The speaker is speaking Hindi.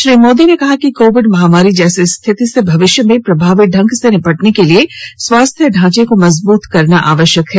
श्री मोदी ने कहा कि कोविड महामारी जैसी स्थिति से भविष्य में प्रभावी ढंग से निपटने के लिए स्वास्थ्य ढांचे को मजबूत करना आवश्यक है